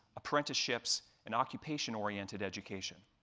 apprenticeships, and occupation-oriented education.